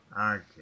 Okay